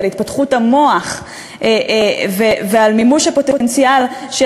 על התפתחות המוח ועל מימוש הפוטנציאל של